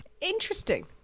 Interesting